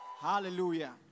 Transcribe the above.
hallelujah